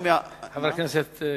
חבר הכנסת כבל,